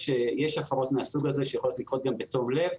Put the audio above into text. יש הפרות מהסוג הזה שיכולות לקרות בתום לב.